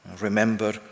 Remember